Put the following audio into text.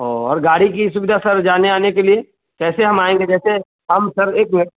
औ और गाड़ी की सुविधा सर जाने आने के लिए कैसे हम आएँगे जैसे हम सर एक मिनट